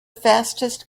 fastest